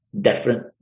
different